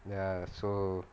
ya so